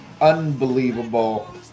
unbelievable